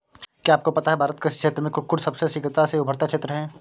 क्या आपको पता है भारत कृषि क्षेत्र में कुक्कुट सबसे शीघ्रता से उभरता क्षेत्र है?